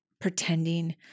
pretending